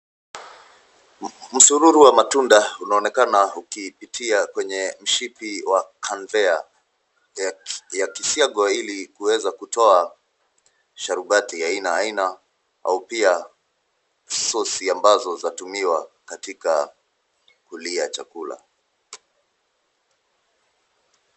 Msururu wa matunda unaonekana ukipitia kwenye mshipi wa karidhea yakisiagwa ili kuweza kutoa sharubati ya aina aina au pia sosi amabzo zatumiwa katika kulia chakula.